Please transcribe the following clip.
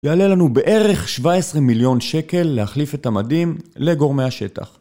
יעלה לנו בערך 17 מיליון שקל להחליף את המדים לגורמי השטח.